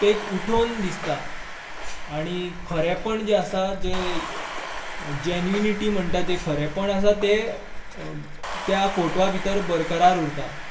तें उठून दिसता आणी खरेंपण जें आसा जें जेन्युनिटी म्हणटा जें खरेपण आसा तें त्या फॉटवा भितर बरखरार उरता